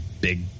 big